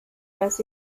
was